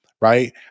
Right